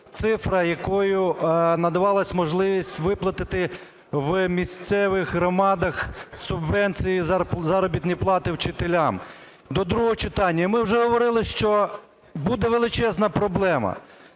цифра, якою надавалась можливість виплатити в місцевих громадах субвенції, заробітні плати вчителям, до другого читання. І ми вже говорили, що буде величезна проблема.